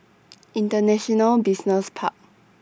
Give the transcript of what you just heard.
International Business Park